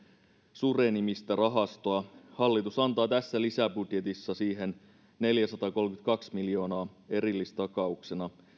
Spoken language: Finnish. sure nimistä rahastoa hallitus antaa tässä lisäbudjetissa siihen neljäsataakolmekymmentäkaksi miljoonaa erillistakauksena